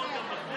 המצלמות גם בכנסת?